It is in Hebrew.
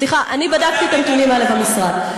סליחה, אני בדקתי את הנתונים האלה במשרד.